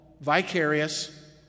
vicarious